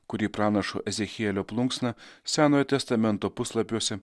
kurį pranašo ezechielio plunksna senojo testamento puslapiuose